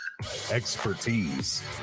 expertise